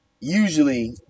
usually